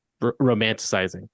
romanticizing